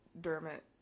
Dermot